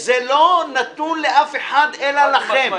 זה לא נתון לאף אחד אחר אלא לכם.